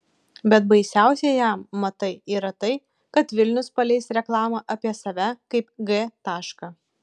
bet baisiausia jam matai yra tai kad vilnius paleis reklamą apie save kaip g tašką